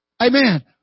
Amen